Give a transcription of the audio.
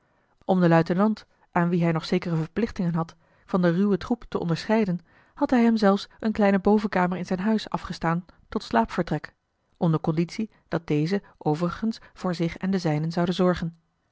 om den luitenant aan wien hij nog zekere verplichtingen had van den ruwen troep te onderscheiden had hij hem zelfs eene kleine bovenkamer in zijn huis afgestaan tot slaapvertrek onder conditie dat deze overigens voor zich en de zijnen zoude zorgen